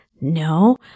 No